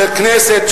של כנסת,